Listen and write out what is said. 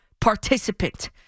participant